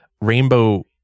Rainbow